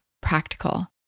Practical